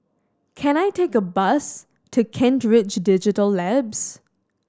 can I take a bus to Kent Ridge Digital Labs